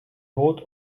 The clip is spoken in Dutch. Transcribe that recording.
groot